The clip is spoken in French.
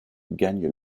gagne